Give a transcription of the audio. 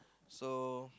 so